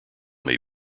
may